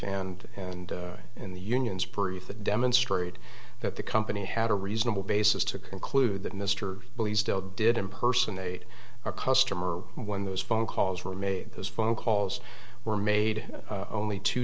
and and in the union's proof that demonstrate that the company had a reasonable basis to conclude that mr did impersonate a customer when those phone calls were made those phone calls were made only two